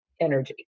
energy